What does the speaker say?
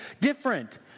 different